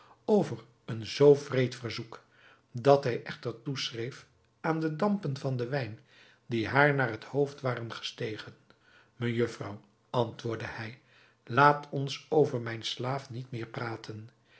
over een zoo wreed verzoek dat hij echter toeschreef aan de dampen van den wijn die haar naar het hoofd waren gestegen mejufvrouw antwoordde hij laat ons over mijn slaaf niet meer praten